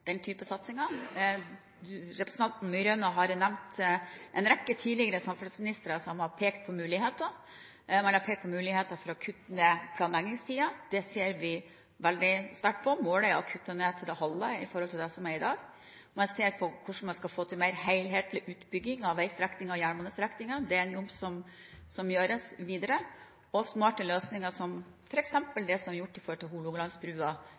type satsinger. Representanten Myraune nevnte en rekke tidligere samferdselsministre som har pekt på muligheter. Man har pekt på muligheter for å kutte ned planleggingstiden. Det ser vi veldig sterkt på. Målet er å kutte ned til det halve i forhold til det som er i dag. Man ser på hvordan man skal få til mer helhetlig utbygging av veistrekninger og jernbanestrekninger. Det er en jobb som gjøres videre. Smarte løsninger, som f.eks. det som er gjort med Hålogalandsbrua i